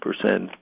percent